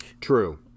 True